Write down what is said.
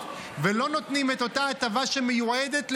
ולא נותנים את אותה הטבה שמיועדת לממן,